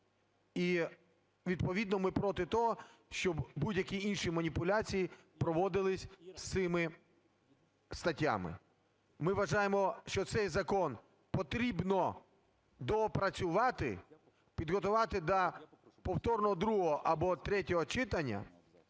І відповідно ми проти того, щоб будь-які інші маніпуляції проводились з цими статтями. Ми вважаємо, що цей закон потрібно доопрацювати, підготувати до повторного другого або третього читання,